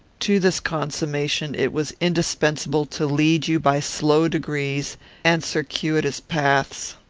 to this consummation it was indispensable to lead you by slow degrees and circuitous paths.